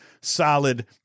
solid